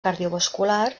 cardiovascular